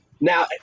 Now